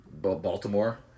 Baltimore